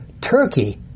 Turkey